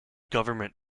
government